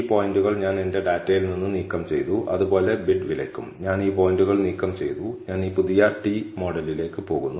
ഈ പോയിന്റുകൾ ഞാൻ എന്റെ ഡാറ്റയിൽ നിന്ന് നീക്കം ചെയ്തു അതുപോലെ ബിഡ് വിലയ്ക്കും ഞാൻ ഈ പോയിന്റുകൾ നീക്കം ചെയ്തു ഞാൻ പുതിയ t മോഡലിലേക്ക് പോകുന്നു